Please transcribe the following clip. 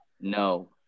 No